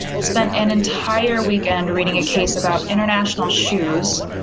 spent an entire weekend reading a case about international shoes,